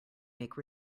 make